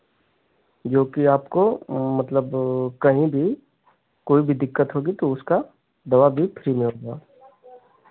जोकि आपको मतलब कहीं भी कोई भी दिक्कत होगी तो उसका दवा भी फ्री में होगा